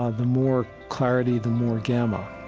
ah the more clarity, the more gamma